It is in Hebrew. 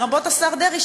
לרבות השר דרעי,